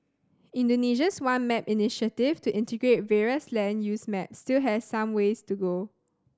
Indonesia's One Map initiative to integrate various land use maps still has some way to go